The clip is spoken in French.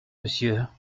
monsieur